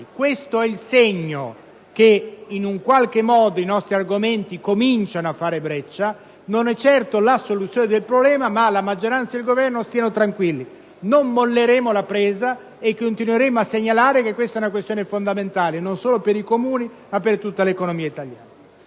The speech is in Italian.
Questo è il segno che in qualche modo i nostri argomenti cominciano a fare breccia. Non è certo la soluzione del problema, ma la maggioranza e il Governo stiano tranquilli: non molleremo la presa e continueremo a segnalare che è una questione fondamentale non solo per i Comuni, ma per tutta l'economia italiana.